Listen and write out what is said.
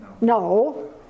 No